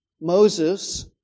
Moses